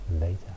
later